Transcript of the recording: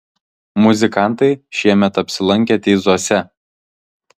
muzikantai šiemet apsilankė teizuose